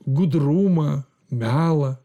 gudrumą melą